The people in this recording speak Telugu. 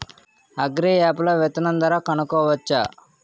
అగ్రియాప్ లో విత్తనం ధర కనుకోవచ్చా?